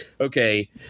okay